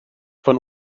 von